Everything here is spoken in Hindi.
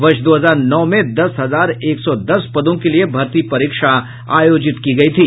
वर्ष दो हजार नौ में दस हजार एक सौ दस पदों के लिए भर्ती परीक्षा आयोजित की गयी थी